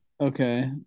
Okay